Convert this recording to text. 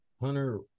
Hunter